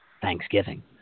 Thanksgiving